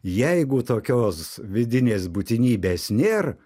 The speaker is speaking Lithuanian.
jeigu tokios vidinės būtinybės nėr